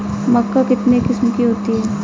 मक्का कितने किस्म की होती है?